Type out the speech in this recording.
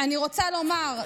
אני רוצה לומר,